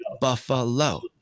Buffalo